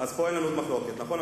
אז פה אין לנו מחלוקת, נכון?